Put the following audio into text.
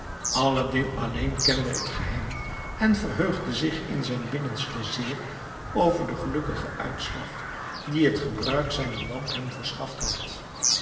aladdin alleen kende het geheim en verheugde zich in zijn binnenste zeer over den gelukkigen uitslag dien het gebruik zijner lamp hem verschaft had